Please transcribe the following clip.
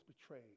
betrayed